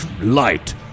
light